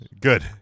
Good